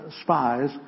spies